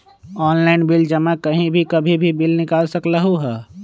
Online bill जमा कहीं भी कभी भी बिल निकाल सकलहु ह?